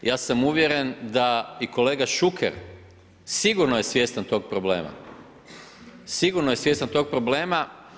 Ja sam uvjeren da i kolega Šuker sigurno je svjestan tog problema, sigurno je svjestan tog problema.